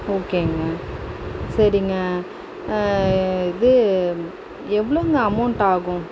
ஓகேங்க சரிங்க இது எவ்வளோங்க அமௌன்ட் ஆகும்